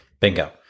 Bingo